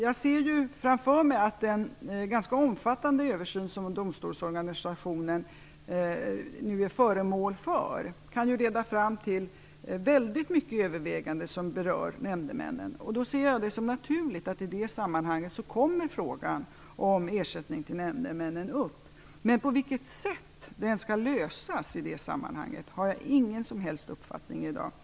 Jag ser framför mig att den ganska omfattande översyn som domstolsorganisationen nu är föremål för kan leda fram till väldigt mycket överväganden som berör nämndemännen. Jag ser det som naturligt att frågan om ersättningen till nämndemännen kommer upp i det sammanhanget. Men på vilket sätt den skall lösas i det sammanhanget har jag i dag ingen som helst uppfattning om.